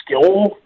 skill